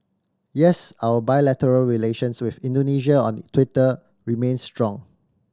yes our bilateral relations with Indonesia on Twitter remains strong